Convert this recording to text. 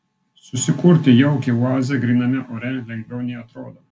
susikurti jaukią oazę gryname ore lengviau nei atrodo